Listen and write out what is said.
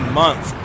month